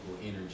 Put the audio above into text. energy